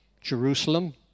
Jerusalem